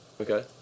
Okay